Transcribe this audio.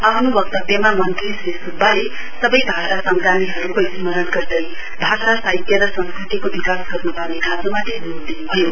आफ्नो वक्तव्यमा मन्त्री श्री सुब्बाले सवै भाषा संग्रामीहरुको स्मरण गर्दै भाषा साहित्य र संस्कृतिको विकास गर्नुपर्ने खाँचोमाथि जोड़ दिनुभयो